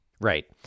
right